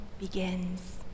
begins